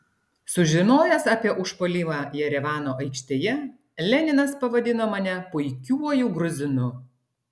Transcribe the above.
sužinojęs apie užpuolimą jerevano aikštėje leninas pavadino mane puikiuoju gruzinu